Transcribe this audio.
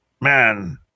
man